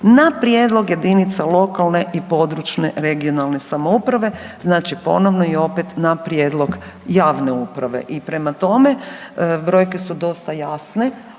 na prijedlog jedinica lokalne i područne regionalne samouprave, znači ponovno i opet na prijedlog javne uprave. I prema tome, brojke su dosta jasne,